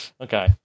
Okay